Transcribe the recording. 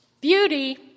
Beauty